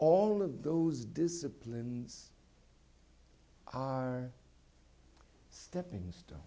all of those disciplines are stepping stone